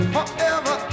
Forever